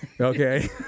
Okay